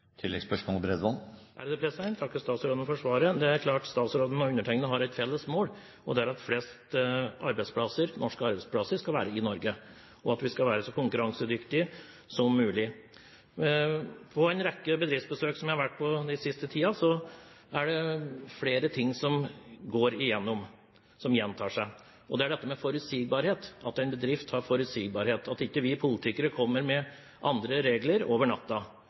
takker statsråden for svaret. Det er klart at statsråden og undertegnede har et felles mål, og det er at flest mulig arbeidsplasser skal være i Norge, og at vi skal være så konkurransedyktige som mulig. På en rekke bedriftsbesøk som jeg har vært den siste tiden, er det flere ting som gjentar seg, f.eks. dette med forutsigbarhet; en bedrift vil ha forutsigbarhet, og ikke at vi politikere kommer med nye regler over natta.